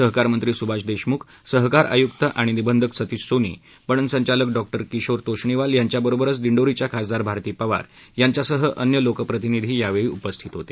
सहकार मंत्री सुभाष देशमुख सहकार आयुक्त आणि निबंधक सतीश सोनी पणन संचालक डॉ किशोर तोष्णीवाल यांच्या बरोबरच दिंडोरीच्या खासदार भारती पवार यांच्यासह अन्य लोकप्रतिनिधी यावेळी उपस्थीत होते